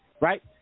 Right